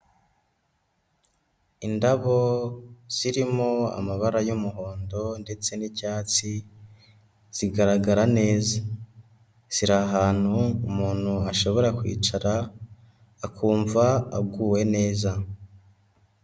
Indabo zirimo amabara y'umuhondo ndetse n'icyatsi, zigaragara neza, ziri ahantu umuntu ashobora kwicara akumva aguwe neza.